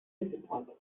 disappointed